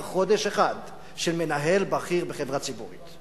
חודש אחד של מנהל בכיר בחברה ציבורית.